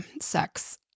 sex